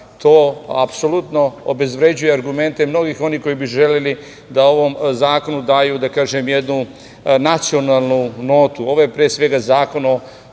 To apsolutno obezvređuje argumente mnogih onih koji bi želeli da ovom zakonu daju, da kažem, jednu nacionalnu notu. Ovo je, pre svega, Zakon o